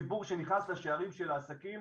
הציבור שנכנס לשערי העסקים,